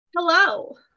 hello